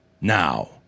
Now